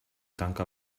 tanca